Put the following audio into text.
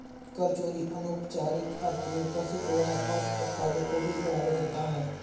कर चोरी अनौपचारिक अर्थव्यवस्था से जुड़ा है और अपराधों को भी बढ़ावा देता है